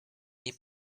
nie